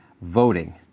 voting